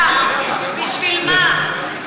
בשביל מה?